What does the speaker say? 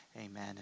Amen